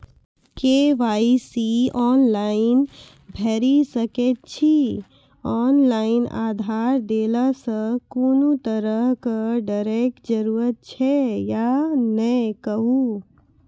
KYC online भैरि सकैत छी, ऑनलाइन आधार देलासॅ कुनू तरहक डरैक जरूरत छै या नै कहू?